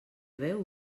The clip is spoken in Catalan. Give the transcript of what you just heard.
beu